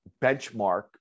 benchmark